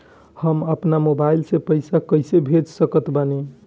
हम अपना मोबाइल से पैसा कैसे भेज सकत बानी?